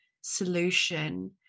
solution